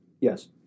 yes